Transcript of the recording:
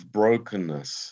brokenness